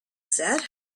said